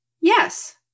yes